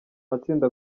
matsinda